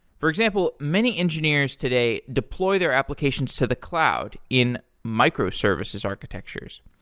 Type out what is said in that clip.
for example, many engineers today deploy their applications to the cloud in microservices architectures.